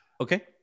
Okay